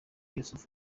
yusuf